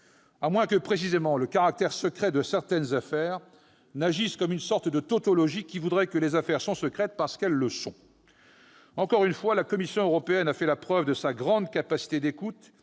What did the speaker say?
À moins que le caractère « secret » de certaines affaires n'agisse précisément comme une sorte de tautologie, en vertu de laquelle les affaires sont secrètes parce qu'elles le sont ... Encore une fois, la Commission européenne a fait la preuve de sa grande capacité d'écoute